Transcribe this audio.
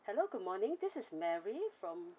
hello good morning this is mary from